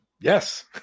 Yes